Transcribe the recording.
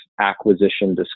acquisition